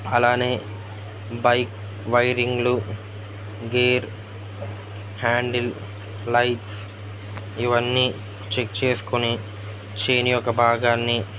అలానే బైక్ వైరింగ్లు gear handle lights ఇవన్నీ చెక్ చేసుకుని చేన్ యొక్క భాగాన్ని